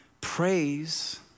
praise